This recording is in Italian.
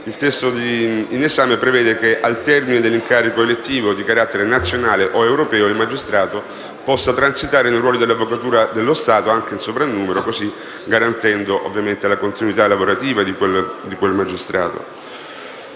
Il testo in esame prevede che, al termine dell'incarico elettivo di carattere nazionale o europeo, il magistrato possa transitare nei ruoli dell'Avvocatura dello Stato anche in sovrannumero, così garantendosi la continuità lavorativa di quel soggetto.